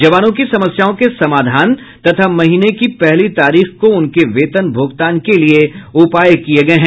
जवानों की समस्याओं के समाधान तथा महीने की पहली तारीख को उनके वेतन भुगतान के लिये उपाय किये गये हैं